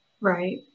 right